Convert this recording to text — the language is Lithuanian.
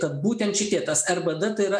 kad būtent šitie tas rbd tai yra